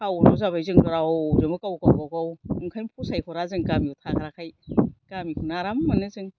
town आव जाबाय जों रावजोंबो गाव गावबा गाव ओंखायनो फसायहरा जों गामियाव थाग्राखाय गामिखौनो आराम मोनो जों